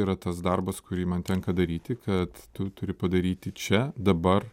yra tas darbas kurį man tenka daryti kad tu turi padaryti čia dabar